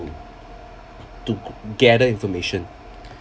to gather information